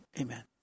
Amen